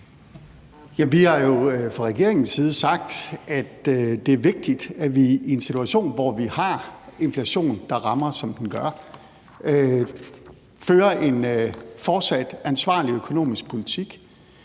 Vi har jo fra regeringens side sagt, at det er vigtigt, at vi i en situation, hvor vi har inflation, der rammer, som den gør, fører en fortsat ansvarlig økonomisk politik.